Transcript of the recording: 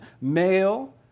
male